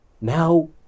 Now